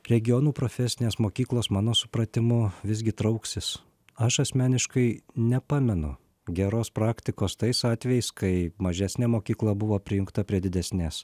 regionų profesinės mokyklos mano supratimu visgi trauksis aš asmeniškai nepamenu geros praktikos tais atvejais kai mažesnė mokykla buvo prijungta prie didesnės